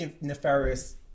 nefarious